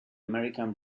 american